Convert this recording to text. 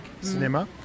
cinéma